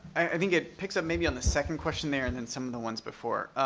i think it picks up, maybe on the second question there, and then some of the ones before.